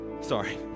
sorry